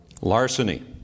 larceny